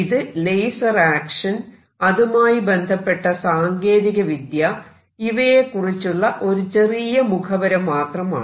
ഇത് laser action അതുമായി ബന്ധപ്പെട്ട സാങ്കേതിക വിദ്യ ഇവയെകുറിച്ചുള്ള ഒരു ചെറിയ മുഖവുര മാത്രമാണ്